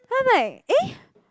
then I'm like eh